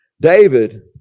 David